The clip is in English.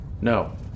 no